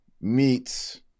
meets